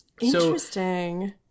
Interesting